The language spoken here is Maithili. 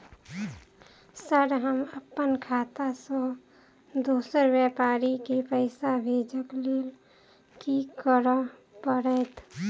सर हम अप्पन खाता सऽ दोसर व्यापारी केँ पैसा भेजक लेल की करऽ पड़तै?